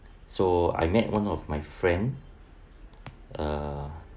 so I met one of my friend uh